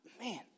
Man